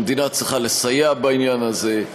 והמדינה צריכה לסייע בעניין הזה.